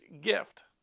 gift